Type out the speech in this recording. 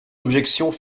objections